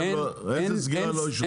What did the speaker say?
איזה סגירה לא אישרו?